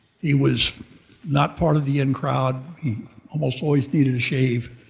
he was not part of the in-crowd, he almost always needed a shave,